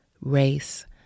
race